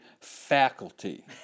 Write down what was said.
Faculty